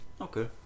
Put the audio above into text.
Okay